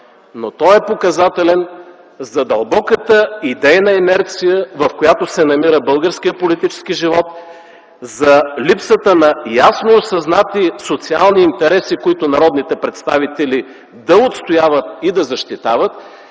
но той е показателен за дълбоката идейна инерция, в която се намира българският политически живот, за липсата на ясно осъзнати социални интереси, които народните представители да отстояват и да защитават.